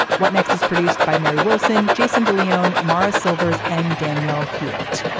what next is produced by mary wilson jason de leon morris silvers and danielle hewett.